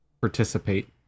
participate